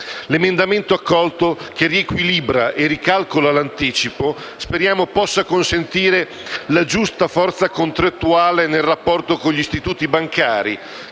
L'emendamento accolto, che riequilibra e ricalcola l'anticipo, speriamo possa consentire la giusta forza contrattuale nel rapporto con gli istituti bancari,